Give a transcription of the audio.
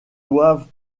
doivent